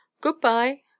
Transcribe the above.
Goodbye